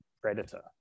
predator